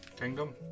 Kingdom